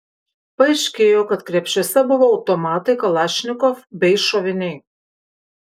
paaiškėjo kad krepšiuose buvo automatai kalašnikov bei šoviniai